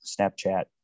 Snapchat